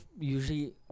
usually